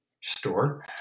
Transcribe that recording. store